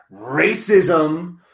racism